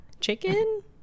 Chicken